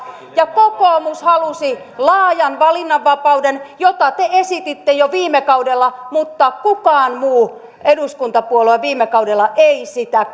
ja kokoomus halusi laajan valinnanvapauden jota te esititte jo viime kaudella mutta mikään muu eduskuntapuolue viime kaudella ei sitä